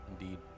Indeed